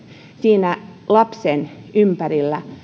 siinä lapsen ympärillä